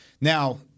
Now